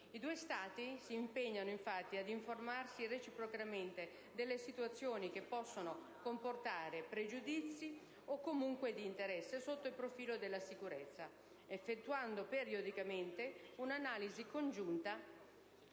I due Stati si impegnano ad informarsi reciprocamente sulle situazioni che possono comportare pregiudizi o comunque di interesse, sotto il profilo della sicurezza, effettuando periodicamente un'analisi congiunta